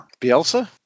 Bielsa